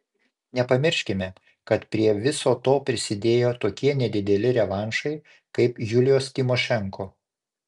nepamirškime kad prie viso to prisidėjo tokie nedideli revanšai kaip julijos tymošenko